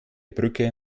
brücke